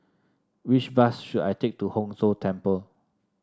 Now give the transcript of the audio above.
which bus should I take to Hong Tho Temple